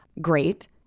great